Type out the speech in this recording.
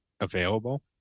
Available